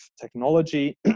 technology